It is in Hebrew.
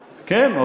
כן,